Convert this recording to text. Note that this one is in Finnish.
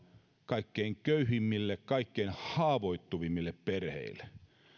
kaikkein köyhimmille kaikkein haavoittuvimmille perheille